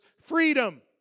freedom